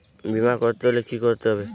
বিমা করতে হলে কি করতে হবে?